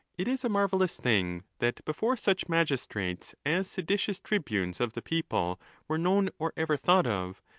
it is a marvellous thing, that, before such magistrates as seditious tribunes of the people were known or ever thought of,